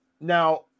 now –